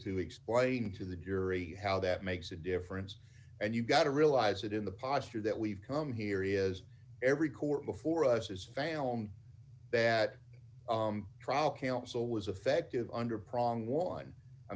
to explain to the jury how that makes a difference and you've got to realize that in the posture that we've come here is every court before us is failing that trial counsel was affective under prong one i